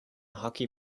hockey